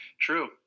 True